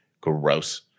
gross